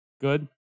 Good